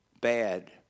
bad